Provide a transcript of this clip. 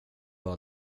bara